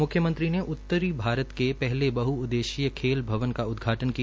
मुख्यमंत्री ने उत्तरी भारत के पहले बहुउद्देशीय खेल भवन का उदघाटन किया